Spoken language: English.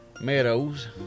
meadows